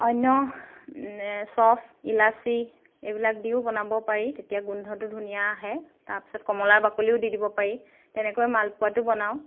অন্য চফ ইলাচি এইবিলাক দিও বনাব পাৰি তেতিয়া গোন্ধটো ধুনীয়া আহে তাৰপিছত কমলাৰ বাকলিও দি দিব পাৰি তেনেকৈ মালপোৱাটো বনাওঁ